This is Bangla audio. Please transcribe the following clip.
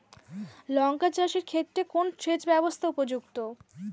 লঙ্কা চাষের ক্ষেত্রে কোন সেচব্যবস্থা উপযুক্ত?